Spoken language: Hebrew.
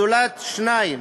זולת שניים,